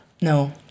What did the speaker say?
No